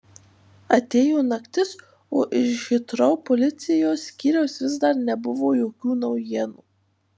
atėjo naktis o iš hitrou policijos skyriaus vis dar nebuvo jokių naujienų